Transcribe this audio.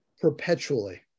perpetually